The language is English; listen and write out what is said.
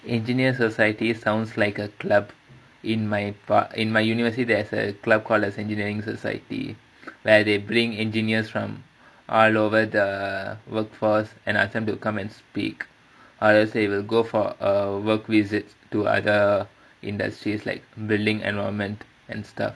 engineer societies sounds like a club in my p~ in my university there's a club called engineering society where they bring engineers from all over the workforce and ask them to come and speak அது:adhu will go for a work visit to other industries like building environment and stuff